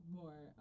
more